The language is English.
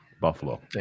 Buffalo